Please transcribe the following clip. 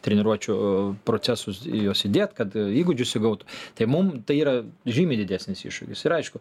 treniruočių procesus juos įdėt kad įgūdžius įgautų tai mum tai yra žymiai didesnis iššūkis ir aišku